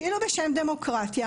כאילו בשם דמוקרטיה.